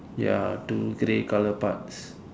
ya two grey color parts